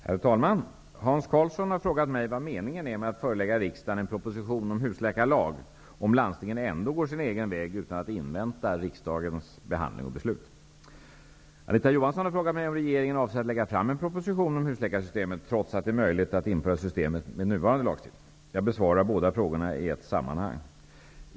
Herr talman! Hans Karlsson har frågat mig vad meningen är med att förelägga riksdagen en proposition om en husläkarlag, om landstingen ändå går sin egen väg utan att invänta riksdagens behandling och beslut. Anita Johansson har frågat mig om regeringen avser att lägga fram en proposition om husläkarsystemet trots att det är möjligt att införa systemet med nuvarande lagstiftning. Jag besvarar båda frågorna i ett sammanhang.